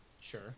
Sure